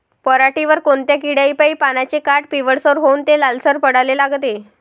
पऱ्हाटीवर कोनत्या किड्यापाई पानाचे काठं पिवळसर होऊन ते लालसर पडाले लागते?